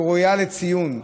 ראויה לציון,